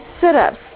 sit-ups